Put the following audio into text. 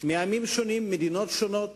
מעמים שונים וממדינות שונות